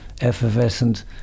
effervescent